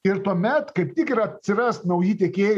ir tuomet kaip tik ir atsiras nauji tiekėjai